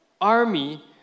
army